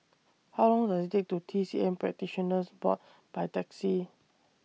How Long Does IT Take toT C M Practitioners Board By Taxi